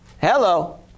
Hello